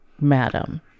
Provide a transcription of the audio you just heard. Madam